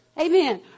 Amen